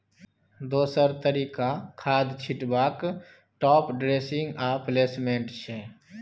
दोसर तरीका खाद छीटबाक टाँप ड्रेसिंग आ प्लेसमेंट छै